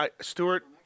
Stewart